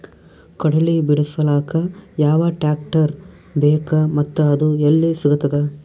ಕಡಲಿ ಬಿಡಿಸಲಕ ಯಾವ ಟ್ರಾಕ್ಟರ್ ಬೇಕ ಮತ್ತ ಅದು ಯಲ್ಲಿ ಸಿಗತದ?